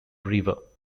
river